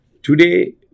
Today